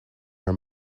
her